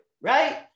right